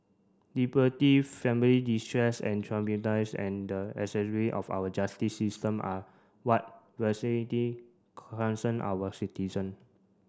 liberty family distress and and the of our justice system are what concern our citizen